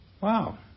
Wow